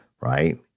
right